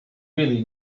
really